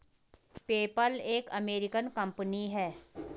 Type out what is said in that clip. PayPal एक American company है